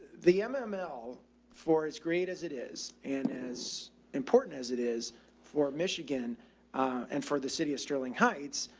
the um ah mml for as great as it is and as important as it is for michigan and for the city of sterling heights.